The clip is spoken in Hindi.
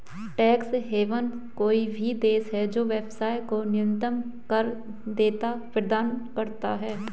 टैक्स हेवन कोई भी देश है जो व्यवसाय को न्यूनतम कर देयता प्रदान करता है